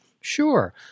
Sure